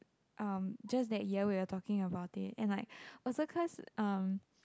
um just that ya we're talking about it and like also cause